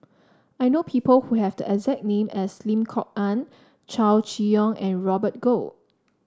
I know people who have the exact name as Lim Kok Ann Chow Chee Yong and Robert Goh